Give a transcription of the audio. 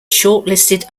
shortlisted